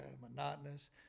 monotonous